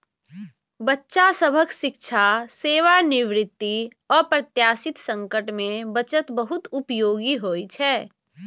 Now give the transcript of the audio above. बच्चा सभक शिक्षा, सेवानिवृत्ति, अप्रत्याशित संकट मे बचत बहुत उपयोगी होइ छै